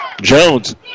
Jones